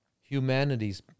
humanity's